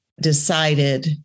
decided